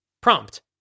prompt